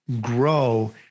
grow